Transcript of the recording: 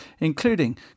including